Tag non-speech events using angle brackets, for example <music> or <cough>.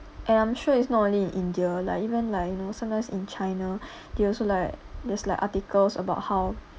and I'm sure is not only in india lah even like you know sometimes in china <breath> they also like there's like articles about how